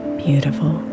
beautiful